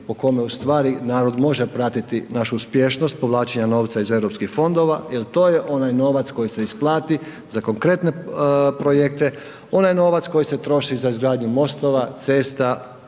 po kome narod može pratiti našu uspješnost povlačenja novca iz europskih fondova jer to je onaj novac koji se isplati za konkretne projekte, onaj novac koji se troši za izgradnju mostova, cesta,